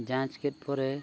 ᱡᱟᱸᱪ ᱠᱮᱫ ᱯᱚᱨᱮ